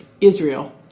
Israel